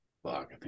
Fuck